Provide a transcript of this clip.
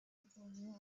improving